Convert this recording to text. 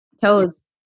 Toes